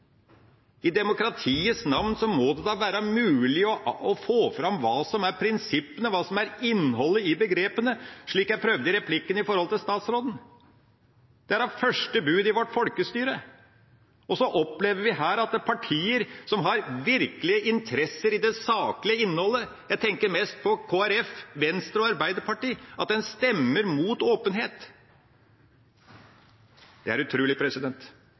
I demokratiets navn må det da være mulig å få fram hva som er prinsippene, hva som er innholdet i begrepene, slik jeg prøvde i replikken til statsråden. Det er da første bud i vårt folkestyre, og så opplever vi her at partier som har virkelige interesser i det saklige innholdet – jeg tenker mest på Kristelig Folkeparti, Venstre og Arbeiderpartiet – stemmer imot åpenhet. Det er utrolig.